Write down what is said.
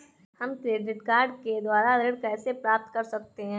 हम credit card के द्वारा ऋण कैसे प्राप्त कर सकते हैं?